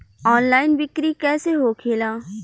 Online बिक्री कैसे होखेला?